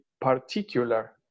particular